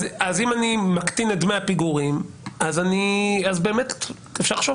אם אני מקטין את דמי הפיגורים אז באמת אפשר לחשוב